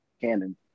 canon